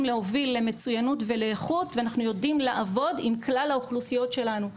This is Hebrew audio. להוביל למצוינות ולאיכות ואנחנו יודעים לעבוד עם כלל האוכלוסיות שלנו.